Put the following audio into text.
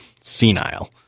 senile